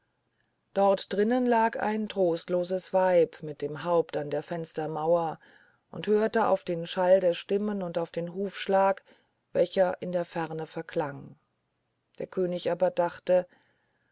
dort drinnen lag ein trostloses weib mit dem haupt an der fenstermauer und hörte auf den schall der stimmen und auf den hufschlag welcher in der ferne verklang der könig aber dachte